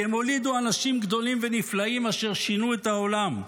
כי הם הולידו אנשים גדולים ונפלאים אשר שינו את העולם.